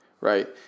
Right